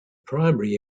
primary